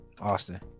austin